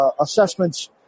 assessments